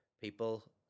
people